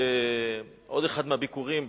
עוד אחד מהביקורים,